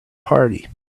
party